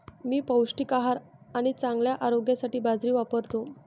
मी पौष्टिक आहार आणि चांगल्या आरोग्यासाठी बाजरी वापरतो